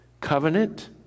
covenant